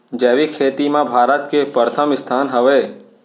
जैविक खेती मा भारत के परथम स्थान हवे